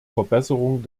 verbesserung